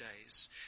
days